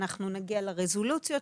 אנחנו נגיע לרזולוציות,